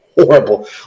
horrible